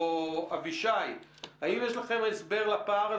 או אבישי, האם יש לכם לפער הזה?